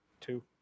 Two